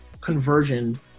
conversion